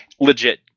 legit